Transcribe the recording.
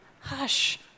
Hush